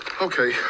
Okay